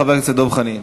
חבר הכנסת דב חנין.